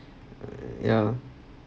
ya